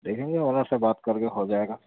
دیکھیں گے آنر سے بات کر کے ہو جائے گا